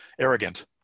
arrogant